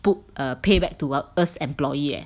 book err pay back to err us employee